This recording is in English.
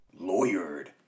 Lawyered